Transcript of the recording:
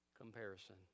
comparison